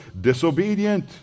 disobedient